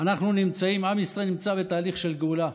עם ישראל נמצא בתהליך של גאולה,